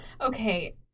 Okay